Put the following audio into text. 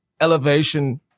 elevation